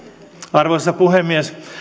arvoisa puhemies